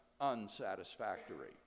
unsatisfactory